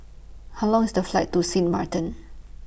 How Long IS The Flight to Sint Maarten